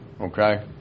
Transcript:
okay